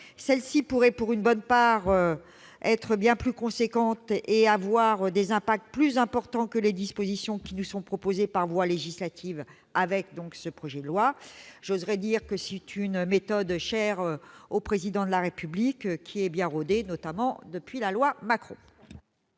Celles-ci pourraient, pour une bonne part, être bien plus importantes et avoir un impact bien plus significatif que les dispositions qui nous sont proposées par voie législative, au travers du présent projet de loi. J'oserai dire que c'est une méthode chère au Président de la République, une méthode bien rodée, notamment depuis la loi Macron.